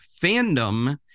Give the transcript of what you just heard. fandom